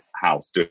house